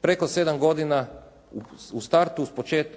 preko 7 godina u startu